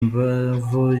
impamvu